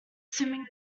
swimming